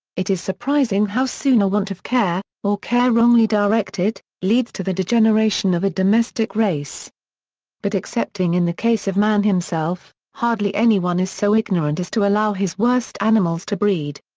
it is surprising how soon a want of care, or care wrongly directed, leads to the degeneration of a domestic race but excepting in the case of man himself, hardly any one is so ignorant as to allow his worst animals to breed.